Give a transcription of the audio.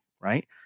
right